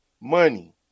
money